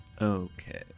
Okay